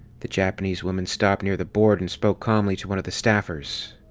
the japanese woman stopped near the board and spoke calmly to one of the staffers.